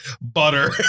butter